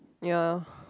ya